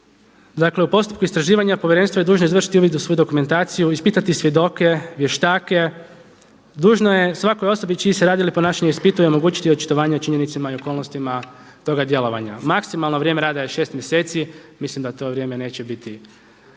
Dakle u postupku istraživanja povjerenstvo je dužno izvršiti uvid u svu dokumentaciju, ispitati svjedoke, vještake, dužno je svakoj osobi čiji se rad ili ponašanje ispituje omogućiti očitovanje o činjenicama i okolnostima toga djelovanja. Maksimalno vrijeme rada je šest mjeseci, mislim da to vrijeme neće biti